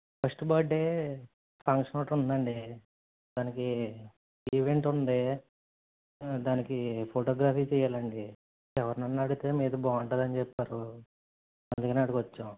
first birthday function ఒకటి ఉందండి దానికి ఈవెంట్ ఉంది దానికి ఫోటోగ్రఫీ తీయాలండి ఎవరినన్నా అడిగితే మీది బాగుంటుందని చెప్పారు అందుకని ఈడకు వచ్చాం